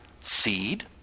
seed